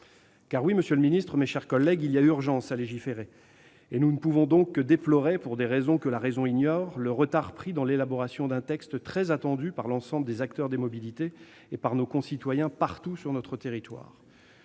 Car, oui, monsieur le secrétaire d'État, mes chers collègues, il y a urgence à légiférer. Nous ne pouvons donc que déplorer le retard pris, pour des raisons que la raison ignore, dans l'élaboration d'un texte très attendu par l'ensemble des acteurs des mobilités et par nos concitoyens, partout sur le territoire.